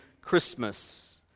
Christmas